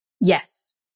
Yes